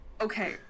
okay